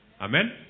Amen